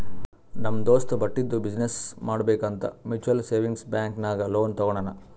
ನಮ್ ದೋಸ್ತ ಬಟ್ಟಿದು ಬಿಸಿನ್ನೆಸ್ ಮಾಡ್ಬೇಕ್ ಅಂತ್ ಮ್ಯುಚುವಲ್ ಸೇವಿಂಗ್ಸ್ ಬ್ಯಾಂಕ್ ನಾಗ್ ಲೋನ್ ತಗೊಂಡಾನ್